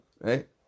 Right